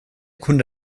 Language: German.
kunde